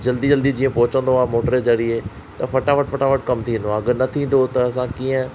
जल्दी जल्दी जीअं पहुचंदो आहे मोटर ज़रिए त फटाफट फटाफट कम थी वेंदो आहे अगरि न थींदो त असां कीअं